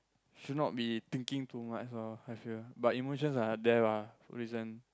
should not be thinking too much lor I feel but emotions are there lah for a reason